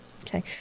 okay